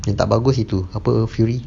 yang tak bagus itu apa fury